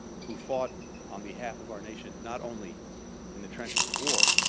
who fought on behalf of our nation not only in the trenches of war,